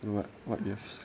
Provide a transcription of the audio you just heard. you know what you have